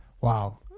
Wow